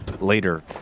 later